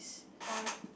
why